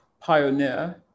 pioneer